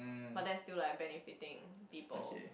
but that's still like benefiting people